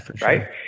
right